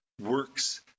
works